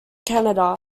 canada